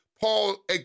Paul